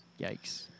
Yikes